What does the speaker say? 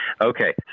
Okay